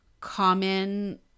common